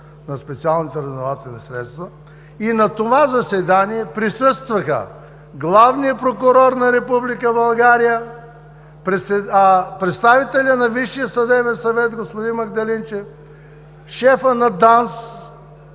на специалните разузнавателни средства. На това заседание присъстваха главният прокурор на Република България, представителят на Висшия съдебен съвет – господин Магдалинчев, шефът на ДАНС,